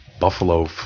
buffalo